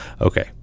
okay